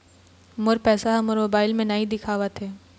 मोर पैसा ह मोर मोबाइल में नाई दिखावथे